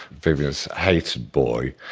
vivienne hated boy.